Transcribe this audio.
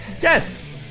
yes